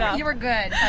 you were good,